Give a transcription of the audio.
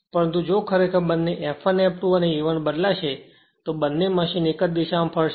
પરંતુ જો ખરેખર બંને F1 F2 અને A1 A2 બદલાશે તો બંને મશીન એક જ દિશામાં ફરશે